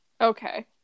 Okay